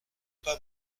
pas